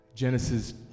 Genesis